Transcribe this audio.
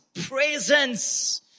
presence